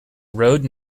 road